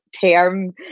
term